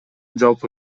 жалпы